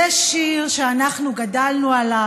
זה שיר שאנחנו גדלנו עליו,